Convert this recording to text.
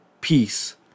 peace